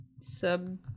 sub